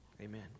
Amen